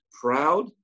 proud